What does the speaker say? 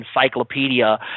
encyclopedia